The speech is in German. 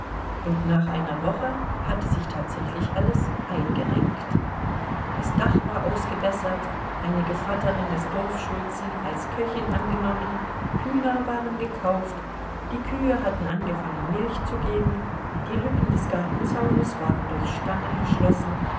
und nach einer woche hatte sich tatsächlich alles eingerenkt das dach war ausgebessert eine gevatterin des dorfschulzen als köchin angenommen hühner waren gekauft die kühe hatten angefangen milch zu geben die lücken des gartenzaunes waren durch stangen geschlossen